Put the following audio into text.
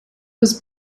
was